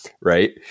right